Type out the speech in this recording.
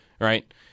right